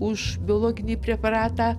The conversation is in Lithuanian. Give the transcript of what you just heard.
už biologinį preparatą